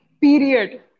Period